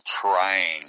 trying